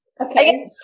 Okay